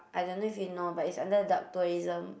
I don't know if you know but it's under dark tourism